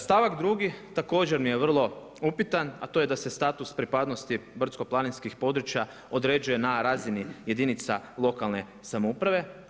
Stavak 2. također mi je vrlo upitan a to je da se status pripadnosti brdsko-planinskih područja određuje na razini jedinica lokalne samouprave.